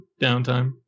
downtime